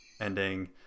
ending